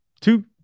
two